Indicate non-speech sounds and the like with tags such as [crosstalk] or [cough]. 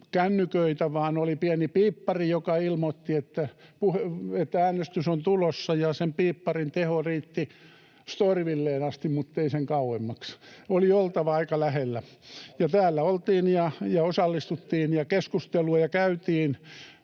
kännyköitä, vaan oli pieni piippari, joka ilmoitti, että äänestys on tulossa, ja sen piipparin teho riitti Storyvilleen asti muttei sen kauemmaksi. [laughs] Oli oltava aika lähellä. Ja täällä oltiin ja osallistuttiin ja keskusteluja käytiin.